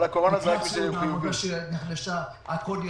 הכול ירד,